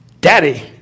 Daddy